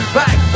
back